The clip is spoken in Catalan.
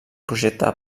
projecte